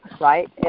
right